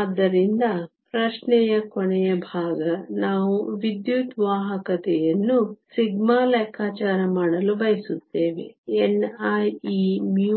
ಆದ್ದರಿಂದ ಪ್ರಶ್ನೆಯ ಕೊನೆಯ ಭಾಗ ನಾವು ವಿದ್ಯುತ್ ವಾಹಕತೆಯನ್ನು σ ಲೆಕ್ಕಾಚಾರ ಮಾಡಲು ಬಯಸುತ್ತೇವೆ ni e μe